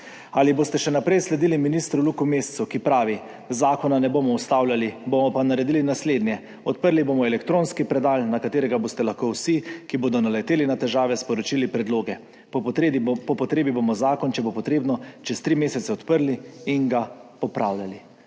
Ali boste še naprej sledili ministru Luku Mescu, ki pravi: "Zakona ne bomo ustavljali, bomo pa naredili naslednje. Odprli bomo elektronski predal, na katerega boste lahko vsi, ki bodo naleteli na težave, sporočili predloge po potrebi. Po potrebi bomo zakon, če bo potrebno, čez tri mesece odprli in ga popravljali